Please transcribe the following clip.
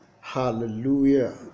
hallelujah